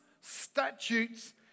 statutes